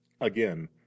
Again